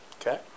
Okay